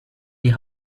die